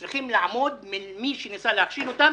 צריכים לעמוד מול מי שניסה להכשיל אותם